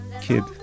kid